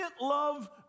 love